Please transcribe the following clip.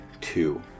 two